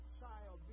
child